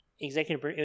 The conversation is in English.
executive